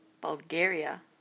bulgaria